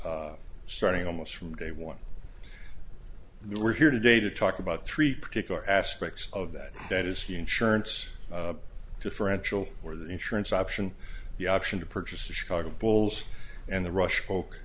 crowns starting almost from day one we're here today to talk about three particular aspects of that that is the insurance differential or the insurance option the option to purchase the chicago bulls and the rush